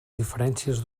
diferències